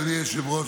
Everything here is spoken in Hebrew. אדוני היושב-ראש,